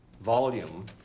volume